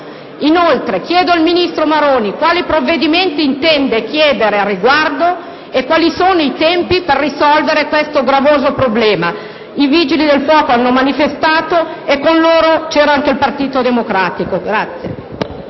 Inoltre, domando al ministro Maroni quali provvedimenti intenda chiedere al riguardo e quali sono i tempi per risolvere questo gravoso problema. I Vigili del fuoco hanno manifestato, e con loro c'era anche il Partito Democratico.